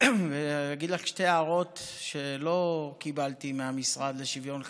ואגיד לך שתי הערות שלא קיבלתי מהמשרד לשוויון חברתי.